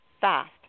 fast